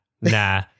nah